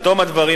בתום הדברים,